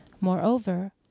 Moreover